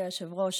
אדוני היושב-ראש,